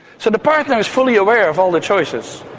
so the partner is fully aware of all the choices.